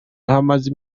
hamaze